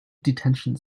detention